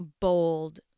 bold